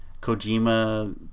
kojima